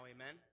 Amen